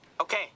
Okay